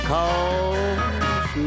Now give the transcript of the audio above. Cause